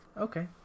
Okay